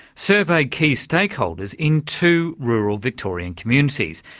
surveyed key stakeholders in two rural victorian communities,